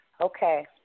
Okay